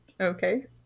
Okay